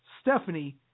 Stephanie